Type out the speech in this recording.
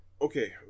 Okay